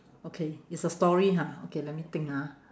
okay it's a story ha okay let me think ah